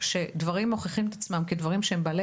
כשדברים מוכיחים את עצמם כדברים שהם בעלי